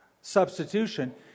substitution